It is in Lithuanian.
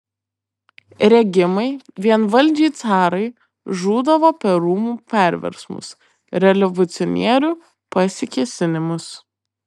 regimai vienvaldžiai carai žūdavo per rūmų perversmus revoliucionierių pasikėsinimus